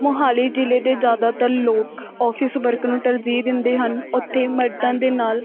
ਮੋਹਾਲੀ ਜ਼ਿਲ੍ਹੇ ਦੇ ਜ਼ਿਆਦਾਤਰ ਲੋਕ ਔਫਿਸ ਵਰਕ ਨੂੰ ਤਰਜੀਹ ਦਿੰਦੇ ਹਨ ਉੱਥੇ ਮਰਦਾਂ ਦੇ ਨਾਲ